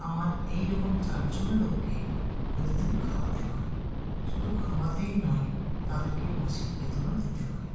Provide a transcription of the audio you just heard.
আমার এই রকম চারজন লোককে প্রতিদিন খাওয়াতে হয় শুধু খাওয়াতেই নয় তাদেরকে মাসিক বেতনও দিতে হয়